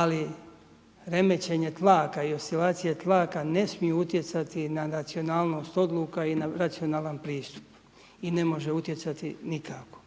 Ali remećenje tlaka i oscilacije tlaka ne smiju utjecati na racionalnost odluka i na racionalan pristup. I ne može utjecati nikako.